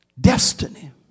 Destiny